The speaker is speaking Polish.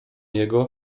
jego